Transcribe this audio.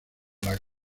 las